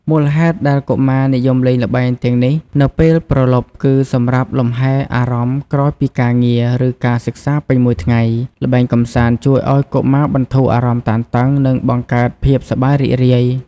មូលហេតុដែលកុមារនិយមលេងល្បែងទាំងនេះនៅពេលព្រលប់គឺសម្រាប់លំហែអារម្មណ៍ក្រោយពីការងារ ឬការសិក្សាពេញមួយថ្ងៃ ល្បែងកម្សាន្តជួយឱ្យកុមារបន្ធូរអារម្មណ៍តានតឹង និងបង្កើតភាពសប្បាយរីករាយ ។